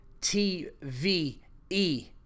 T-V-E